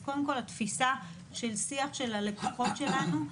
אז קודם כל התפיסה של שיח של הלקוחות שלנו.